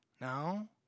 No